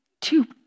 two